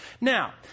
Now